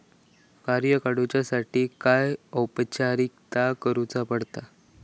कर्ज काडुच्यासाठी काय औपचारिकता करुचा पडता?